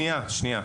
שניה.